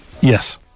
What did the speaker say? yes